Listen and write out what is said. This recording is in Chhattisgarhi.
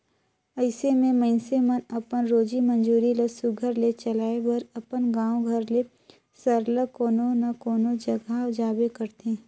अइसे में मइनसे मन अपन रोजी मंजूरी ल सुग्घर ले चलाए बर अपन गाँव घर ले सरलग कोनो न कोनो जगहा जाबे करथे